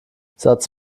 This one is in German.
satz